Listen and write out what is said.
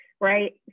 right